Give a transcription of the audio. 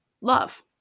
Love